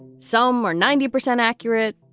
some are ninety percent accurate.